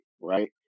right